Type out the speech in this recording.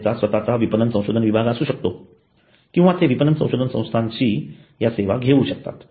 संस्थेचा स्वतःचा विपणन संशोधन विभाग असू शकतो किंवा ते विपणन संशोधन संस्थांच्या सेवा घेऊ शकतात